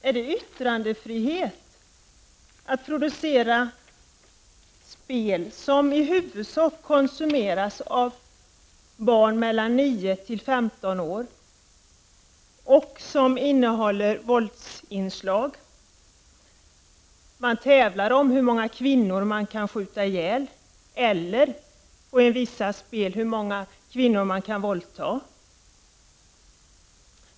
Är det yttrandefrihet att producera spel som i huvudsak konsumeras av barn mellan 9 och 15 år och som innehåller våldsinslag? I vissa spel tävlar man om hur många kvinnor man kan skjuta ihjäl eller hur många kvinnor man kan våldta.